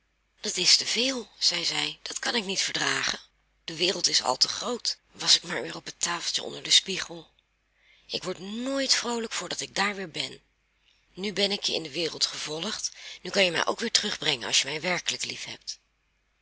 dat is te veel zeide zij dat kan ik niet verdragen de wereld is al te groot was ik maar weer op het tafeltje onder den spiegel ik word nooit vroolijk voordat ik daar weer ben nu ben ik je in de wereld gevolgd nu kan je mij ook weer terugbrengen als je mij werkelijk